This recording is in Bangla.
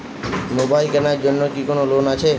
মোবাইল কেনার জন্য কি কোন লোন আছে?